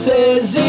Says